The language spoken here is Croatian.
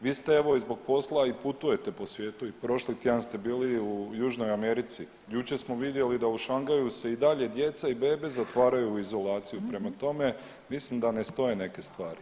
Vi ste evo i zbog posla i putujete po svijetu i prošli tjedan ste bili u Južnoj Americi, jučer smo vidjeli da u Šangaju se i dalje djeca i bebe zatvaraju u izolaciju, prema tome mislim da ne stoje neke stvari.